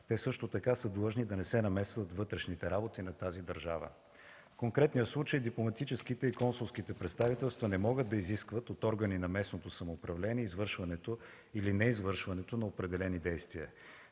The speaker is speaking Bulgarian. Те също така са длъжни да не се намесват във вътрешните работи на тази държава. В конкретния случай дипломатическите и консулските представителства не могат да изискват от органите на местното самоуправление извършването или неизвършването на определени действия.